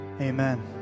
amen